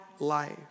Life